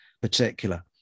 particular